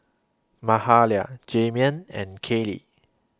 Mahalia Jaheim and Kaley